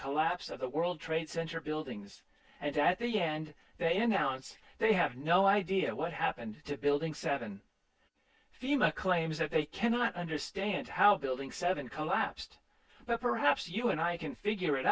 collapse of the world trade center buildings and at the end they announce they have no idea what happened to building seven fema claims that they cannot understand how building seven collapsed but perhaps you and i can figure it